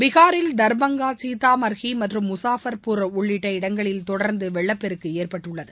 பீஹாரில் தர்பங்கா சீதாமர்ஹி மற்றும் முஸாஃபர்பர் உள்ளிட்ட இடங்களில் தொடர்ந்து வெள்ளப்பெருக்கு ஏற்பட்டுள்ளது